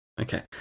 Okay